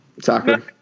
Soccer